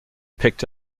picked